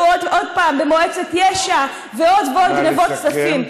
שהיו עוד פעם במועצת יש"ע ועוד ועוד גנבות כספים.